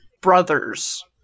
brothers